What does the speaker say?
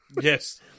Yes